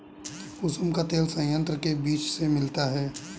कुसुम का तेल संयंत्र के बीज से मिलता है